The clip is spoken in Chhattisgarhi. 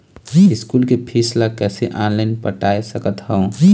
स्कूल के फीस ला कैसे ऑनलाइन पटाए सकत हव?